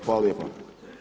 Hvala lijepa.